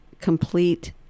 complete